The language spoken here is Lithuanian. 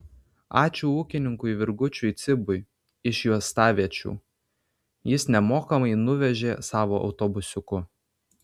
ačiū ūkininkui virgučiui cibui iš juostaviečių jis nemokamai nuvežė savo autobusiuku